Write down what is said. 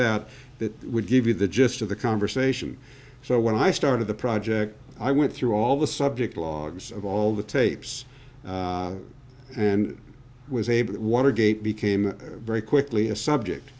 that that would give you the gist of the conversation so when i started the project i went through all the subject logs of all the tapes and was able want to gate became very quickly a subject